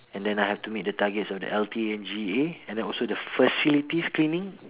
and then I have to meet the targets of the L_T_N_G_A and also the facilities cleaning